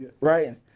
right